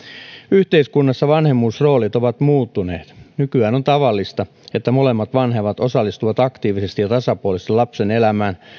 yhteiskunnassa vanhemmuusroolit ovat muuttuneet nykyään on tavallista että molemmat vanhemmat osallistuvat aktiivisesti ja tasapuolisesti lapsen elämään